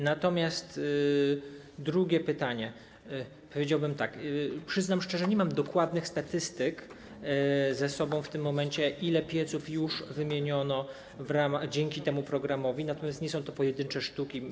Natomiast jeżeli chodzi o drugie pytanie, to powiedziałbym tak: Przyznam szczerze, że nie mam dokładnych statystyk ze sobą w tym momencie, ile pieców już wymieniono dzięki temu programowi, natomiast nie są to pojedyncze sztuki.